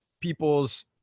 people's